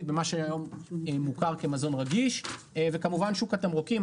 במה שאינו מוכר כמזון רגיש וכמובן שוק התמרוקים.